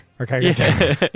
Okay